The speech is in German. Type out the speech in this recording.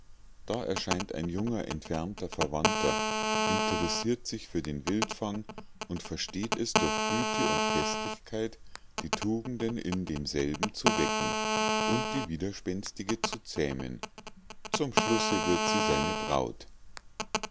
da erscheint ein junger entfernter verwandter interessiert sich für den wildfang und versteht es durch güte und festigkeit die tugenden in demselben zu wecken und die widerspenstige zu zähmen zum schlusse wird sie seine braut